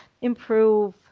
improve